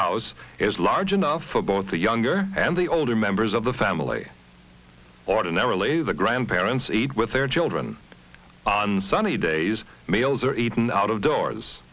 house is large enough for both the younger and the older members of the family ordinarily the grandparents ate with their children on sunny days males are eaten out of doors